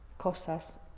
cosas